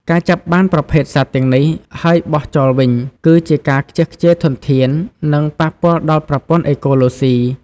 ការចាប់បានប្រភេទសត្វទាំងនេះ ហើយបោះចោលវិញ គឺជាការខ្ជះខ្ជាយធនធាន និងប៉ះពាល់ដល់ប្រព័ន្ធអេកូឡូស៊ី។